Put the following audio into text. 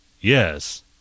Yes